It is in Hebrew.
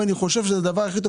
אני חושב שזה הדבר הכי טוב.